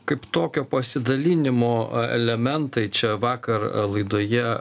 kaip tokio pasidalinimo elementai čia vakar laidoje